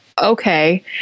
okay